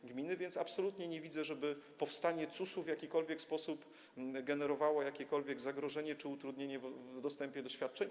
A więc absolutnie nie widzę tego, żeby powstanie CUS-u w jakikolwiek sposób generowało jakiekolwiek zagrożenie czy utrudnienie w dostępie do świadczeń.